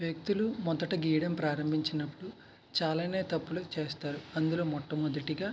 వ్యక్తులు మొదట గీయడం ప్రారంభించినపుడు చాలానే తప్పులు చేస్తారు అందులో మొట్టమొదటిగా